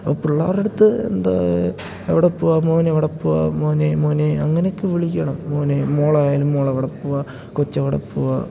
അപ്പോള് പിള്ളാരുടെയടുത്ത് എന്താണ് എവിടെ പോകുകയാണ് മോനെ എവിടെ പോകുകയാണ് മോനെ മോനേ അങ്ങനെയൊക്കെ വിളിക്കണം മോനെ മോളെ ആയാലും മോളെവിടെ പോകുകയാണ് കൊച്ചെവിടെ പോകുകയാണ്